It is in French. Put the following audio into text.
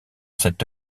cette